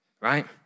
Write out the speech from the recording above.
right